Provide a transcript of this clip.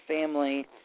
family